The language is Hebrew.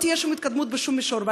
לא תהיה שום התקדמות בשום מישור.